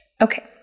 okay